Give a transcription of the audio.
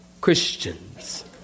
Christians